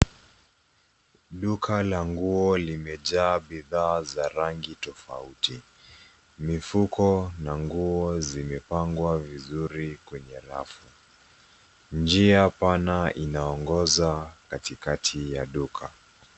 Duka languo limejaa bidhaa za rangi tofauti. Mifuko na nguo zimepangwa vizuri kwenye rafu. Njia pana inaongoza katikati ya duka.